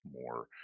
more